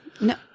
No